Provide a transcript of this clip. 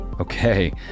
Okay